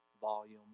volume